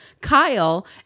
Kyle